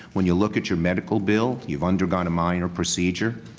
when you look at your medical bill, you've undergone a minor procedure,